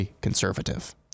conservative